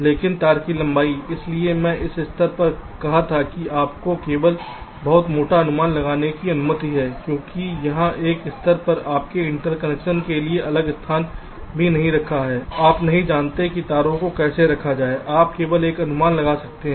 लेकिन तार की लंबाई इसलिए मैंने इस स्तर पर कहा था कि आपको केवल बहुत मोटा अनुमान लगाने की अनुमति है क्योंकि यहां इस स्तर पर आपने इंटरकनेक्शन के लिए अलग स्थान भी नहीं रखा है आप नहीं जानते कि तारों को कैसे रखा जाएगा आप केवल एक अनुमान लगा सकते हैं